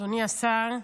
אדוני השר,